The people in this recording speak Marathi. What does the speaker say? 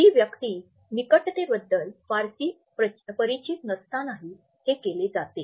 ती व्यक्ती निकटतेबद्दल फारशी परिचित नसतानाही हे केले जाते